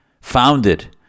founded